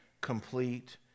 Complete